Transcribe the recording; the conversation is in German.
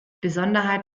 besonderheit